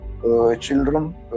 children